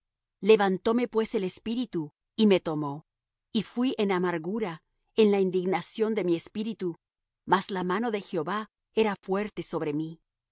estruendo levantóme pues el espíritu y me tomó y fuí en amargura en la indignación de mi espíritu mas la mano de jehová era fuerte sobre mí